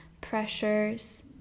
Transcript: pressures